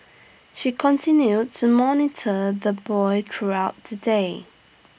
she continued to monitor the boy throughout the day